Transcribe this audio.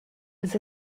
was